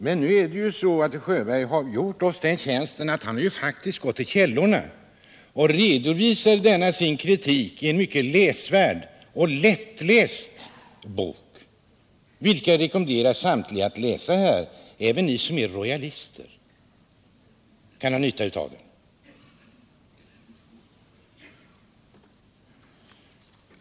Men nu har faktiskt Sten Sjöberg gjort oss den tjänsten att han har gått till källorna och redovisar denna sin kritik i en mycket läsvärd och lättläst bok, vilken jag rekommenderar samtliga här att läsa — även ni som är rojalister kan ha nytta av den!